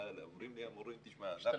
23:00. אומרים לי המורים: תשמע, אנחנו